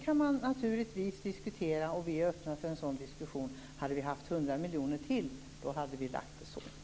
Man kan naturligtvis diskutera det, och vi är öppna för en sådan diskussion. Om vi hade haft 100 miljoner till hade vi lagt det så.